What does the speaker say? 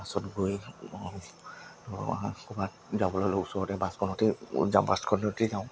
বাছত গৈ ধৰক ক'ৰবাত যাবলৈ হ'লেও ওচৰতে বাছখনতেই যাম বাছখনতেই যাওঁ